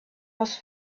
was